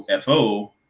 FO